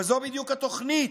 אבל זו בדיוק התוכנית.